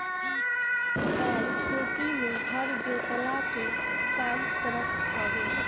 बैल खेती में हर जोतला के काम करत हवे